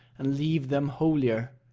and leave them holier.